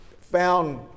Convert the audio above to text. found